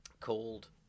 called